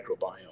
microbiome